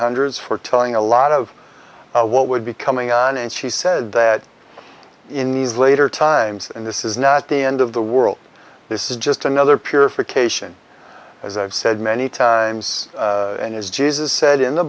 hundred four telling a lot of what would be coming on and she said that in these later times and this is not the end of the world this is just another purification as i've said many times and is jesus said in the